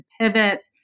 pivot